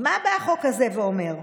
מה החוק הזה אומר,